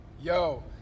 Yo